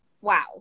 wow